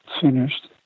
Finished